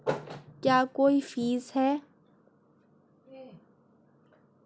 क्या कोई फीस है?